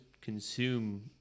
consume